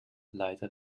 leiter